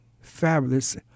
fabulous